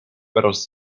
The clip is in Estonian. pärast